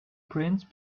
prince